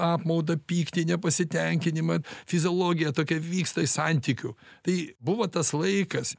apmaudą pyktį nepasitenkinimą fiziologija tokia vyksta santykių tai buvo tas laikas